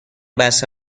بسته